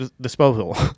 disposal